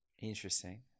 Interesting